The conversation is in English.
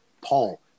Paul